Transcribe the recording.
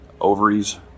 ovaries